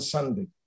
Sunday